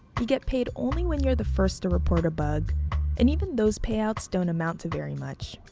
you get paid only when you're the first to report a bug and even those payouts don't amount to very much.